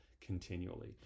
continually